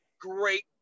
Great